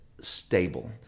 stable